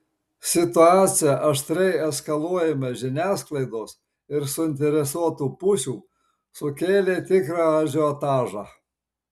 situacija aštriai eskaluojama žiniasklaidos ir suinteresuotų pusių sukėlė tikrą ažiotažą